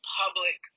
public